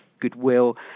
goodwill